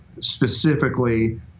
specifically